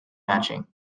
matching